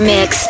Mix